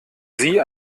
sie